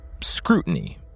scrutiny